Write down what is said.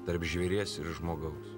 tarp žvėries ir žmogaus